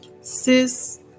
Sis